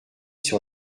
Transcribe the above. sur